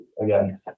again